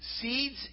Seeds